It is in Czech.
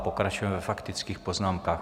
Pokračujeme ve faktických poznámkách.